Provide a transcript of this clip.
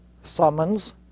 summons